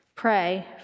Pray